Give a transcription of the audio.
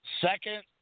Second